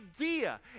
idea